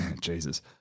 Jesus